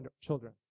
children